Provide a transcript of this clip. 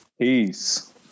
Peace